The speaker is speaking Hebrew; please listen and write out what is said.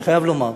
אני חייב לומר.